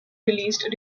released